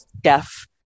Deaf